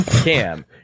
Cam